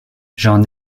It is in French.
j’en